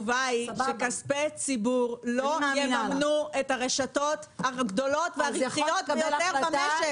החלטת שכספי ציבור יממנו את קוקה-קולה ואת שופרסל?